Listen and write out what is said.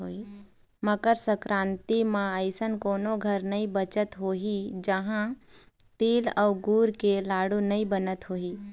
मकर संकरांति म अइसन कोनो घर नइ बाचत होही जिहां तिली अउ गुर के लाडू नइ बनत होही